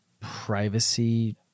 privacy